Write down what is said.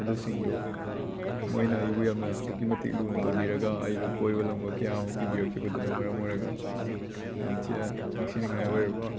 ꯑꯗꯨꯁꯤꯡꯗꯨ ꯃꯣꯏꯅ ꯑꯩꯕꯨ ꯌꯥꯝꯅ ꯑꯗꯨꯛꯀꯤ ꯃꯇꯤꯛ ꯂꯨꯅ ꯇꯧꯕꯤꯔꯒ ꯑꯩꯕꯨ ꯀꯣꯏꯕ ꯂꯪꯕ ꯀꯌꯥ ꯑꯃ ꯄꯨꯕꯤꯔꯛꯈꯤꯕꯗꯨꯅ ꯃꯔꯝ ꯑꯣꯏꯔꯒ ꯌꯥꯝ ꯊꯤꯅ ꯅꯤꯡꯁꯤꯡꯅꯤꯡꯉꯥꯏ ꯑꯣꯏꯔꯕ